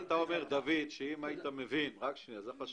אתה אומר שאם היית מבין שלהר-טוב